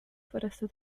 foresta